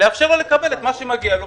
לקבל מה שמגיע לו.